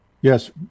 Yes